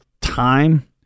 time